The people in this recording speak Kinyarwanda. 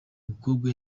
mukobwa